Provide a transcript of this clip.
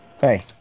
Hey